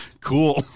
Cool